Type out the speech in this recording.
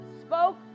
spoke